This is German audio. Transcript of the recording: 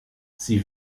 sie